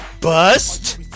bust